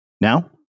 Now